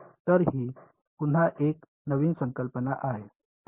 तर ही पुन्हा एक नवीन संकल्पना आहे